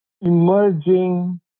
emerging